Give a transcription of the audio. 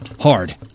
Hard